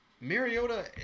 Mariota